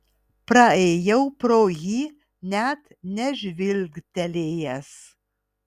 praėjau pro jį net nežvilgtelėjęs